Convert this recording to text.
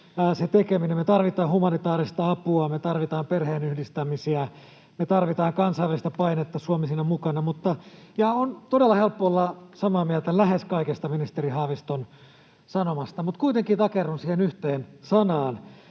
ei voi loppua. Me tarvitaan humanitaarista apua, me tarvitaan perheen yhdistämisiä, me tarvitaan kansainvälistä painetta, Suomi siinä mukana. On todella helppo olla samaa mieltä lähes kaikesta ministeri Haaviston sanomasta, mutta kuitenkin takerrun siihen yhteen sanaan.